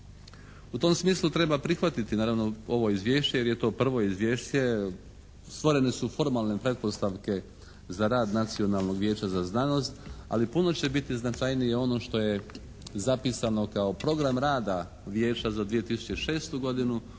U tom smislu treba prihvatiti naravno ovo Izvješće jer je to prvo Izvješće, stvorene su formalne pretpostavke za rad Nacionalnog vijeća za znanost, ali puno će biti značajnije ono što je zapisano kao program rada Vijeća za 2006. godinu,